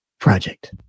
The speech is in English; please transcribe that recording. Project